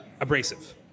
abrasive